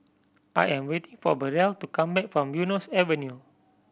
I am waiting for Burrell to come back from Eunos Avenue